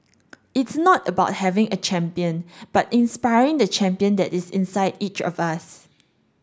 it's not about having a champion but inspiring the champion that is inside each of us